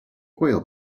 oil